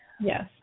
Yes